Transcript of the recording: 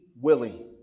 willing